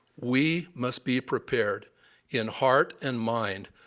we must be prepared in heart and mind,